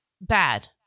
bad